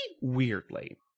weirdly